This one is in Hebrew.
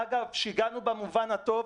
שיגענו במובן הטוב,